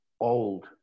old